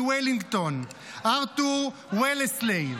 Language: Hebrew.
היום את הדוכס מוולינגטון ארתור ולסלי.